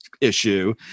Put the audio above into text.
issue